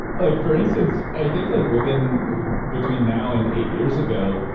like for instance, i think like within between now and eight years ago,